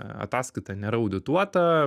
ataskaita nėra audituota